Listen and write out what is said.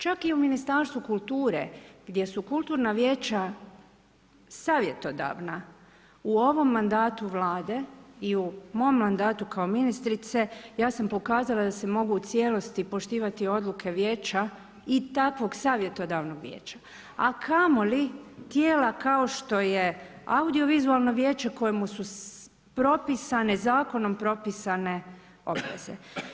Čak i u Ministarstvu kulture, gdje su kulturna vijeća savjetodavna, u ovom mandatu Vlade i u mom mandatu ministrice, ja sam pokazala da se mogu u cijelosti poštivati odluke vijeća i takvog savjetodavnog vijeća, a kamo li tijela kao što je audiovizualno vijeće, kojem su propisane, zakonom propisane obveze.